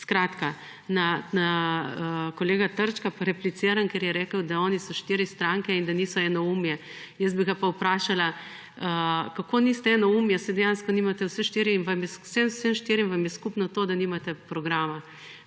Skratka, na kolega Trčka pa repliciram, ker je rekel, da oni so štiri stranke in da niso enoumje. Jaz bi ga pa vprašala kako niste enoumje saj dejansko nimate vse štiri in vsem štirim vam je skupno to, da nimate programa.